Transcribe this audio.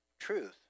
truth